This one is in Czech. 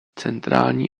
centrální